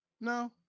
No